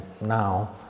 now